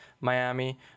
miami